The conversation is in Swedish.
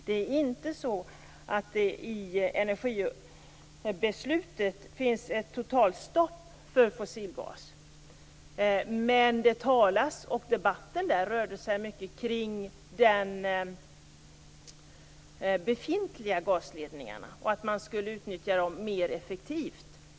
Det är inte så att det i energibeslutet finns ett totalstopp för fossilgas. Debatten rörde sig mycket om de befintliga gasledningarna och att man skulle utnyttja dem mer effektivt.